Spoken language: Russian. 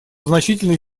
значительной